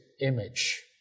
image